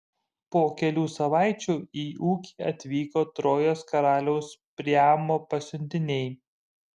po kelių savaičių į ūkį atvyko trojos karaliaus priamo pasiuntiniai